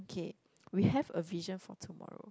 okay we have a vision for tomorrow